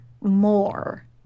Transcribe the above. more